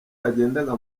yagendaga